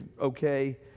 okay